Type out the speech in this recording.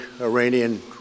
Iranian